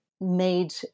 made